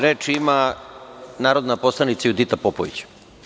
Reč ima narodna poslanica Judita Popović.